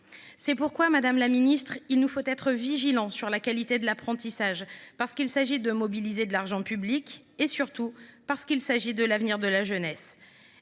accompagner. Madame la ministre, nous devons être vigilants sur la qualité de l’apprentissage, parce qu’il s’agit de mobiliser de l’argent public et surtout parce qu’il y va de l’avenir de la jeunesse.